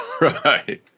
Right